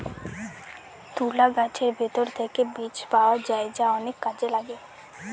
তুলা গাছের ভেতর থেকে বীজ পাওয়া যায় যা অনেক কাজে লাগে